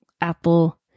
Apple